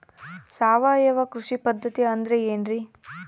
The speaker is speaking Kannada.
ಸಾವಯವ ಕೃಷಿ ಪದ್ಧತಿ ಅಂದ್ರೆ ಏನ್ರಿ?